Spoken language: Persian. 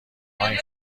این